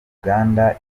uganda